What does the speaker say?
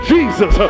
Jesus